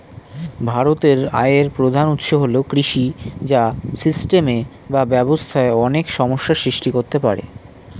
ভারতের আয়ের প্রধান উৎস হল কৃষি, যা সিস্টেমে বা ব্যবস্থায় অনেক সমস্যা সৃষ্টি করতে পারে